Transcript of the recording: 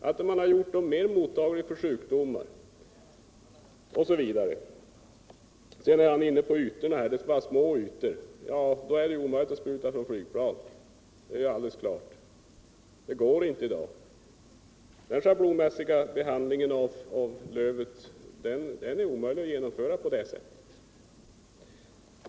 Man har också gjort dem mer mottagliga för sjukdomar osv. Sedan sade Hans Wachtmeister att besprutning skall ske på små ytor. Då är det omöjligt att spruta från flygplan! Det går inte i dag! Det är omöjligt att genomföra en så schablonmässig behandling av lövslyet.